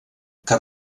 que